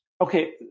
Okay